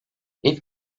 i̇lk